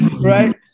right